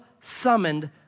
summoned